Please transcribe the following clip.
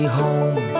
home